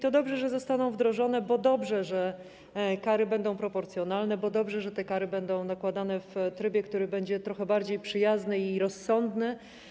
To dobrze, że zostaną wdrożone, bo dobrze, że kary będą proporcjonalne, bo dobrze, że te kary będą nakładane w trybie, który będzie trochę bardziej przyjazny i rozsądny.